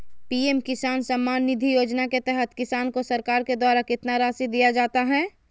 PM किसान सम्मान निधि योजना के तहत किसान को सरकार के द्वारा कितना रासि दिया जाता है?